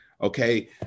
Okay